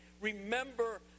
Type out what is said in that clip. remember